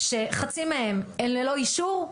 שחצי מהם הם ללא אישור,